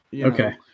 Okay